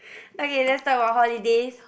okay let's talk about holidays